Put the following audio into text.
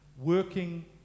Working